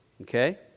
Okay